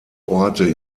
orte